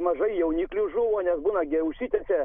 mažai jauniklių žūva nes būna gi užsitęsia